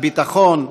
הביטחון,